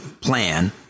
plan